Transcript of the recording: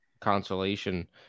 consolation